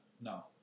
No